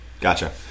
gotcha